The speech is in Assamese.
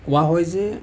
কোৱা হয় যে